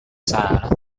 salah